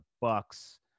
Bucks